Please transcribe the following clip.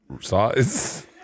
size